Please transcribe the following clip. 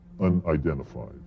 unidentified